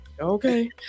Okay